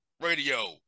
radio